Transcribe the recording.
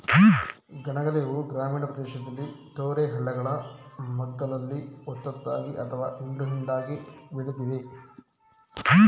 ಗಣಗಿಲೆ ಹೂ ಗ್ರಾಮೀಣ ಪ್ರದೇಶದಲ್ಲಿ ತೊರೆ ಹಳ್ಳಗಳ ಮಗ್ಗುಲಲ್ಲಿ ಒತ್ತೊತ್ತಾಗಿ ಅಥವಾ ಹಿಂಡು ಹಿಂಡಾಗಿ ಬೆಳಿತದೆ